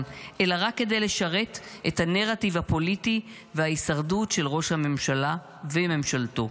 אלא רק כדי לשרת את הנרטיב הפוליטי וההישרדות של ראש הממשלה וממשלתו.